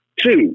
Two